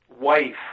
wife